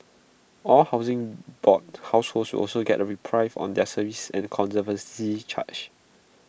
all Housing Board households also get A reprieve on their service and conservancy charges